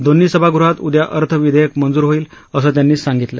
दोन्ही सभागृहात उद्या अर्थ विधेयक मंजूर होईल असं त्यांनी सांगितलं